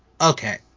okay